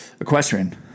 equestrian